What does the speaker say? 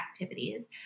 activities